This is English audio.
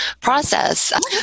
process